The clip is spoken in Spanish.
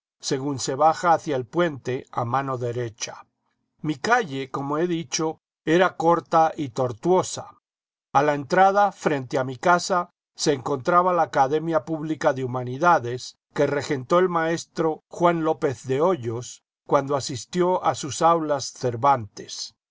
según se baja hacia el puente a mano derecha mi calle como he dicho era corta y tortuosa a la entrada frente a mi casa se encontraba la academia pública de humanidades que regentó el maestro juan lópez de hoyos cuando asistió a sus aulas cervantes